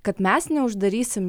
kad mes neuždarysim